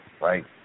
right